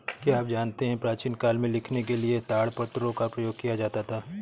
क्या आप जानते है प्राचीन काल में लिखने के लिए ताड़पत्रों का प्रयोग किया जाता था?